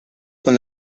con